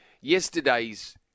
Yesterday's